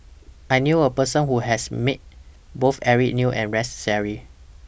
I knew A Person Who has Met Both Eric Neo and Rex Shelley